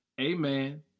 Amen